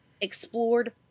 explored